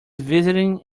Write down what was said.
visiting